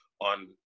on